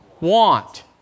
want